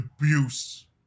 abuse